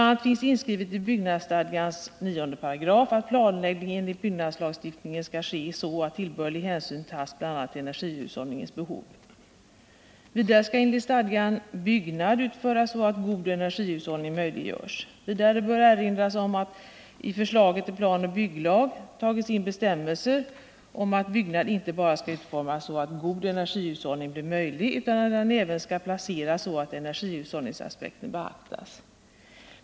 a. finns inskrivet i byggnadsstadgans 9 § att planläggning enligt byggnadslagstiftningen skall ske så att tillbörlig hänsyn tas bl.a. till energihushållningens behov. Vidare skall enligt stadgan byggnad utföras så att god energihushållning möjliggörs. Det bör också erinras om att det i förslaget till planoch bygglag tagits in bestämmelser om att byggnad inte bara skall utformas så att god energihushållning blir möjlig, utan att den även skall placeras så att energihushållningsaspekten beaktas.